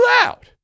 out